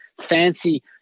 fancy